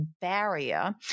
barrier